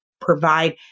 provide